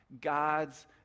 God's